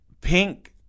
pink